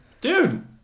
Dude